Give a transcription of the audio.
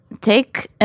take